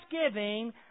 thanksgiving